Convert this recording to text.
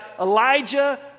Elijah